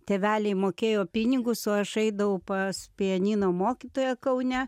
tėveliai mokėjo pinigus o aš eidavau pas pianino mokytoją kaune